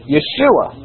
Yeshua